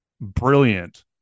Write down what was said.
brilliant